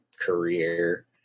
career